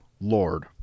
lord